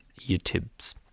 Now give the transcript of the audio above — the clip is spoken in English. YouTubes